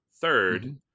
third